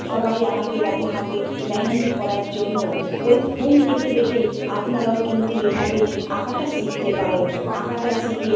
সবাই আমাকে ডাকে হাতে মেহেন্দি করার জন্য ওই ফোন দেখে দেখে আপনারাও কিন্তু এভাবে আঁকাটা শিখতে পারেন আঁকাটা শিখে